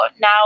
now